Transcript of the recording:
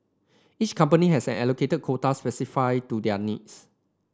each company has an allocated quota specify to their needs